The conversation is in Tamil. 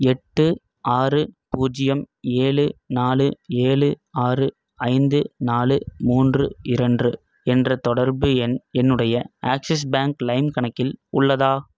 எட்டு ஆறு பூஜ்ஜியம் ஏழு நாலு ஏழு ஆறு ஐந்து நாலு மூன்று இரண்டு என்ற தொடர்பு எண் என்னுடைய ஆக்ஸிஸ் பேங்க் லைம் கணக்கில் உள்ளதா